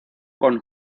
con